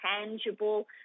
tangible